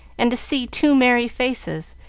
and to see two merry faces,